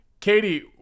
Katie